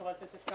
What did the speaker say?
חבר הכנסת,